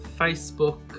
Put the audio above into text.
Facebook